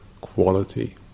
quality